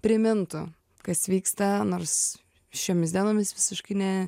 primintų kas vyksta nors šiomis dienomis visiškai ne